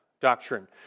doctrine